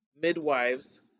midwives